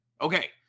Okay